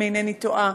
אם אינני טועה,